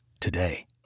today